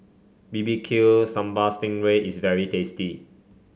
bbq Sambal Sting Ray is very tasty